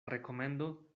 rekomendo